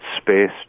space